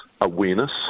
awareness